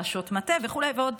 ראשות מטה ועוד,